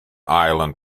island